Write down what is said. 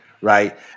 right